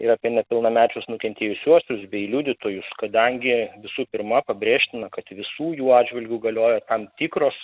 ir apie nepilnamečius nukentėjusiuosius bei liudytojus kadangi visų pirma pabrėžtina kad visų jų atžvilgiu galioja tam tikros